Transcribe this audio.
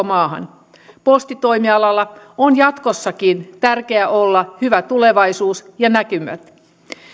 maahan postitoimialalla on jatkossakin tärkeää olla hyvä tulevaisuus ja näkymät